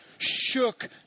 shook